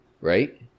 right